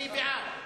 מי בעד?